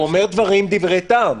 הוא אומר דברי טעם.